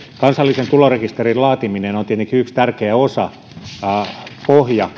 kansallisen tulorekisterin laatiminen on tietenkin yksi tärkeä osa käytännössä pohja